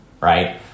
right